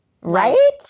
Right